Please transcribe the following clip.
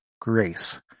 grace